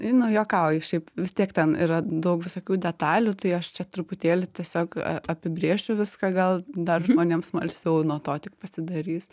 nu juokauju šiaip vis tiek ten yra daug visokių detalių tai aš čia truputėlį tiesiog apibrėšiu viską gal dar žmonėm smalsiau nuo to tik pasidarys